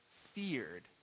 feared